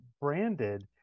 branded